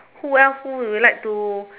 who else who would you like to